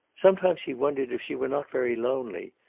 some times he wondered if she were not very lonely,